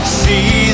see